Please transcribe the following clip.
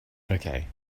okay